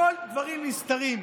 הכול דברים נסתרים.